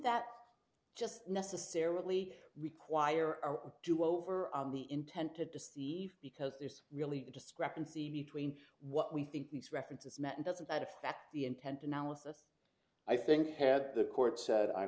that just necessarily require our do over on the intent to deceive because there's really a discrepancy between what we think these references met and doesn't that affect the intent analysis i think had the court said i